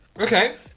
Okay